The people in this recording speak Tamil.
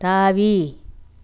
தாவி